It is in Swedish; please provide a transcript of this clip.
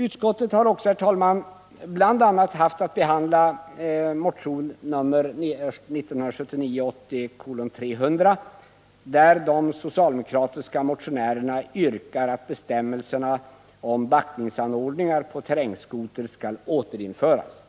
Utskottet har också, herr talman, bl.a. haft att behandla motion 1979/80:300, där de socialdemokratiska motionärerna yrkar att bestämmelsen om backningsanordning på terrängskoter skall återinföras.